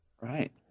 Right